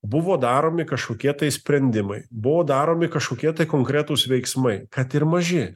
buvo daromi kažkokie tai sprendimai buvo daromi kažkokie tai konkretūs veiksmai kad ir maži